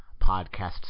Podcasts